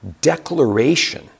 declaration